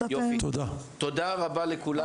תודה רבה לכולם.